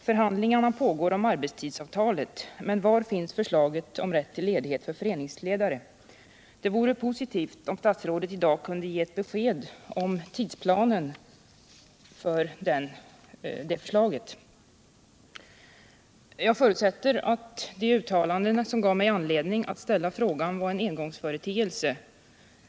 Förhandlingarna pågår om arbetstidsavtalet, men var finns förslaget om rätt till ledighet för föreningsledare? Det vore positivt om statsrådet i dag kunde ge ett besked om tidsplanen för det förslaget. Jag förutsätter att de uttalanden som gav mig anledning att ställa frågan var en engångsföreteelse.